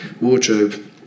wardrobe